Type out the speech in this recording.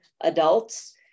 adults